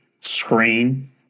screen